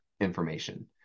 information